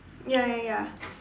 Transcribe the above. ya ya ya